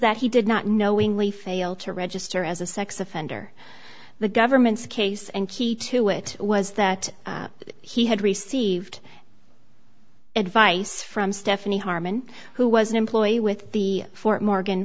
that he did not knowingly fail to register as a sex offender the government's case and key to it was that he had received advice from stephanie harmon who was an employee with the fort morgan